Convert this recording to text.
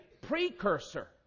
precursor